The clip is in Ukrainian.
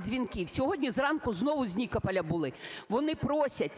дзвінків. Сьогодні зранку знову з Нікополя були. Вони просять,